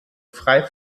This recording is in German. frei